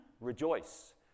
rejoice